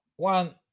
One